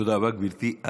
תודה רבה, גברתי.